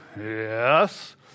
yes